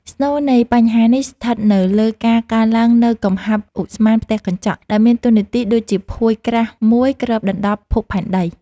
ស្នូលនៃបញ្ហានេះស្ថិតនៅលើការកើនឡើងនូវកំហាប់ឧស្ម័នផ្ទះកញ្ចក់ ដែលមានតួនាទីដូចជាភួយក្រាស់មួយគ្របដណ្ដប់ភពផែនដី។